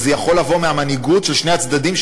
וזה יכול לבוא מהמנהיגות של שני הצדדים,